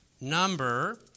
number